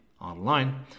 online